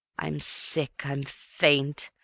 i'm sick. i'm faint.